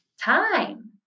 time